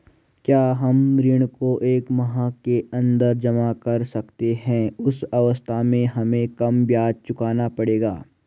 क्या हम ऋण को एक माह के अन्दर जमा कर सकते हैं उस अवस्था में हमें कम ब्याज चुकाना पड़ेगा?